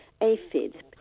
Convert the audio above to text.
aphid